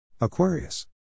Aquarius